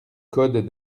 code